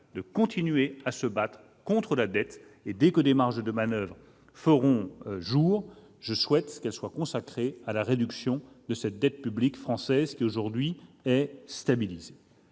de continuer à nous battre contre la dette ; dès que des marges de manoeuvre se feront jour, je souhaite qu'elles soient consacrées à la réduction de cette dette publique française, qui est aujourd'hui stabilisée.